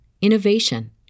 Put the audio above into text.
innovation